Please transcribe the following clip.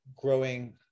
growing